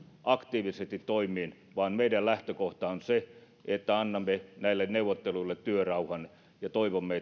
aktiivisesti toimiin vaan meidän lähtökohtamme on se että annamme neuvotteluille työrauhan ja toivomme